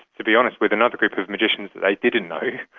to be honest, but another group of magicians that they didn't know,